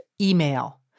email